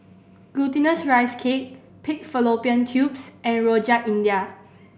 Glutinous Rice Cake pig fallopian tubes and Rojak India